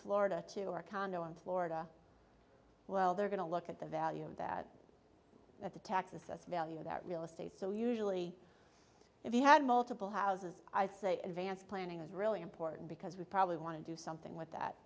florida to our condo in florida well they're going to look at the value of that that the tax assessor value of that real estate so usually if you had multiple houses i say advanced planning is really important because we probably want to do something with that